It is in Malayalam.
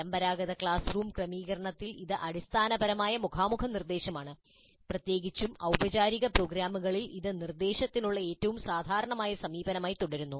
പരമ്പരാഗത ക്ലാസ് റൂം ക്രമീകരണത്തിൽ ഇത് അടിസ്ഥാനപരമായി മുഖാമുഖ നിർദ്ദേശമാണ് പ്രത്യേകിച്ചും ഔപചാരിക പ്രോഗ്രാമുകളിൽ ഇത് നിർദ്ദേശത്തിനുള്ള ഏറ്റവും സാധാരണമായ സമീപനമായി തുടരുന്നു